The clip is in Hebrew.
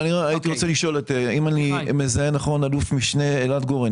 שאלה: אלוף משנה אלעד גורן,